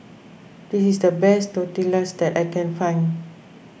this is the best Tortillas that I can find